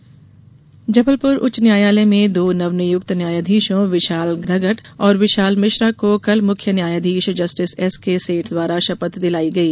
न्यायाधीश शपथ जबलपुर उच्च न्यायालय में दो नवनियुक्त न्यायधीशों विशाल धगट और विशाल मिश्रा को कल मुख्य न्यायधीश जस्टिस एसके सेठ द्वारा शपथ दिलाई गई